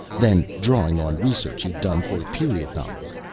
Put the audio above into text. then, drawing on research he'd done for period novels,